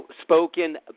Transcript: spoken